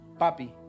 papi